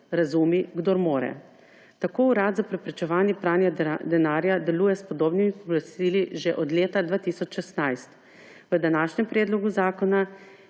Razumi, kdor more! Tako Urad za preprečevanje pranja denarja deluje s podobnimi pooblastili že od leta 2016. V današnjem predlogu zakona